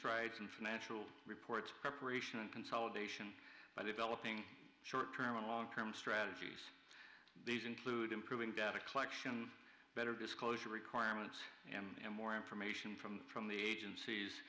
strides in financial reports preparation and consolidation by developing short term and long term strategies these include improving data collection better disclosure requirements and more information from the from the agencies